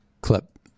clip